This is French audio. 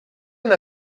n’a